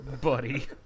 Buddy